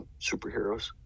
superheroes